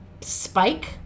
spike